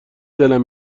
دلم